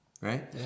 Right